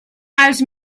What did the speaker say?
els